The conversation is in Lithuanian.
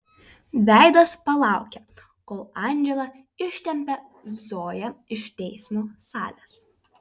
veidas palaukia kol andžela ištempia zoją iš teismo salės